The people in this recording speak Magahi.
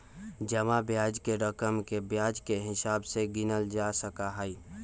जमा ब्याज के रकम के ब्याज के हिसाब से गिनल जा सका हई